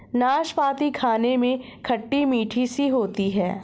नाशपती खाने में खट्टी मिट्ठी सी होती है